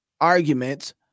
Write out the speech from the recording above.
arguments